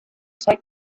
take